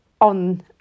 on